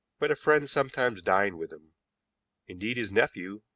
but a friend sometimes dined with him indeed, his nephew,